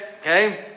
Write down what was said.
Okay